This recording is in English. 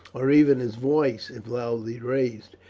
or even his voice if loudly raised.